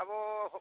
ᱟᱵᱚ ᱦᱚᱲ